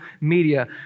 media